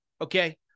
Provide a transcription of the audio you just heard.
okay